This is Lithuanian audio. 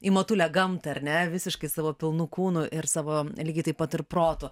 į motulę gamtą ar ne visiškai savo pilnu kūnu ir savo lygiai taip pat ir protu